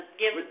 give